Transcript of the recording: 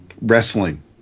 wrestling